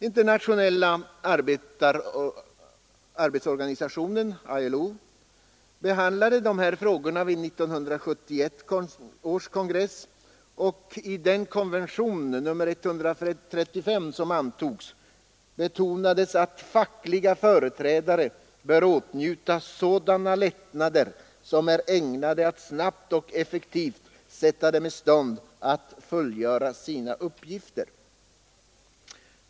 Internationella arbetsorganisationen, ILO, behandlade dessa frågor vid 1971 års konferens, och i den konvention nr 135 som då antogs betonades att fackliga företrädare bör åtnjuta sådana lättnader som är ägnade att snabbt och effektivt sätta dem i stånd att fullgöra sina uppgifter.